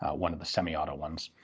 one of the semi-auto ones.